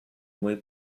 muy